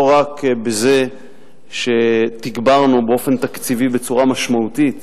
לא רק בזה שתגברנו באופן תקציבי בצורה משמעותית,